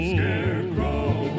Scarecrow